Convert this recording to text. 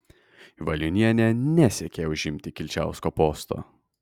valiunienė nesiekė užimti kilčiausko posto